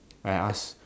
I ask